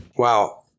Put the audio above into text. Wow